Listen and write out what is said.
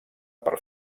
per